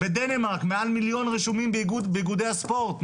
בדנמרק מעל 1,000,000 רשומים באיגודי הספורט,